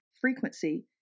frequency